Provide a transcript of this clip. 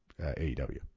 AEW